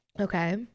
Okay